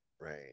right